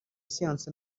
siyansi